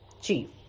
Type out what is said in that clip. chief